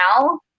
now